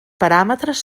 paràmetres